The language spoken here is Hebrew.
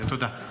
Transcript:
תודה.